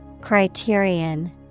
Criterion